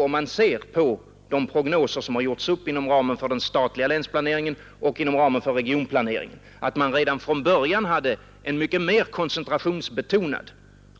Om ntan'§er på de prognoser som har gjorts upp inom ramen för den statliga lärisplaneringen ogh”inom ramen för regionplaneringen, finner man tvärtom att det-tedan:'fråfi "början förelåg en mer köncentrationsbetonad